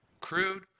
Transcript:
crude